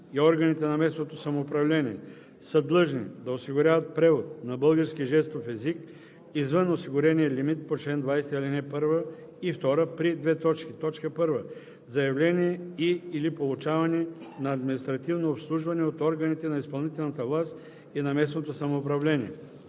и органите на местното самоуправление са длъжни да осигуряват превод на български жестов език извън осигурения лимит по чл. 20, ал. 1 и 2 при: 1. заявяване и/или получаване на административно обслужване от органите на изпълнителната власт и на местното самоуправление;